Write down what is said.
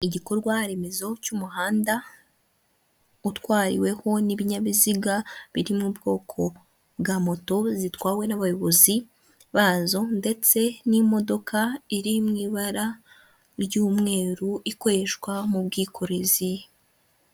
Igikorwa remezo cy'umuhanda utwaweho n'ibinyabiziga biri mu bwoko bwa moto zitwawe n'abayobozi bazo ndetse n'imodoka iri mu ibara ry'umweru ikoreshwa mu bwikorezi.